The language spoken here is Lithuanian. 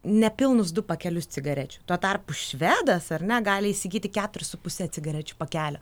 nepilnus du pakelius cigarečių tuo tarpu švedas ar ne gali įsigyti keturis su puse cigarečių pakelio